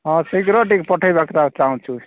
ହଁ ଶୀଘ୍ର ଟିକେ ପଠାଇବାକୁ ଚାହୁଁଛୁ